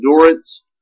endurance